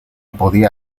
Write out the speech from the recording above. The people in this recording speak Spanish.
podía